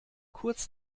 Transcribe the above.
kurz